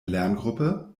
lerngruppe